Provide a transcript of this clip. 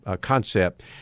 concept